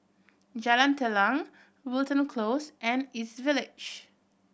Jalan Telang Wilton Close and East Village